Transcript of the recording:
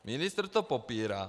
Ministr to popírá.